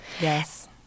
Yes